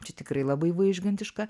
čia tikrai labai vaižgantiška